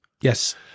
Yes